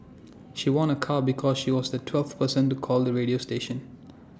she won A car because she was the twelfth person to call the radio station